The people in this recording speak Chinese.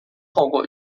透过